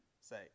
say